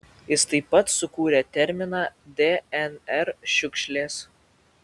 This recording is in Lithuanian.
jis taip pat sukūrė terminą dnr šiukšlės